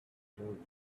closed